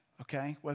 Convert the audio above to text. Okay